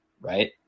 right